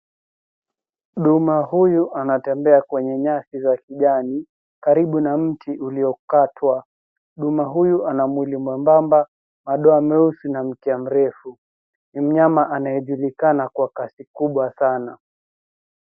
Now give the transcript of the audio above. Duma huyu anatembea kwenye nyasi za kijani karibu na mti uliokatwa. Duma huyu ana mwili mwembamba, madoa meusi na mkia mrefu. Mnyama anayejulikana kwa kasi kubwa sana.